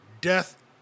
death